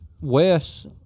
Wes